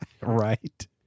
right